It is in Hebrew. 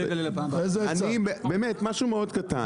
באמת משהו מאוד קטן,